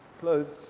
Clothes